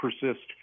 persist